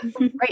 right